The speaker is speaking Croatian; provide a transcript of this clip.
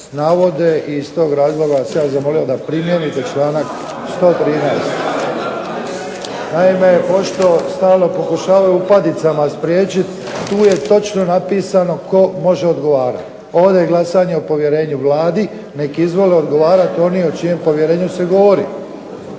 navode. I iz tog razloga ja bih vas molio da primijenite članak 113. Naime, očito stalno pokušavaju upadicama spriječiti. Tu je točno napisano tko može odgovarati. Ovdje je glasanje o povjerenju Vladi, neka izvoli odgovarati oni o čijem se povjerenju govori.